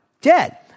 dead